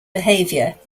behaviour